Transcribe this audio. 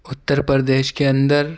اتّر پردیش کے اندر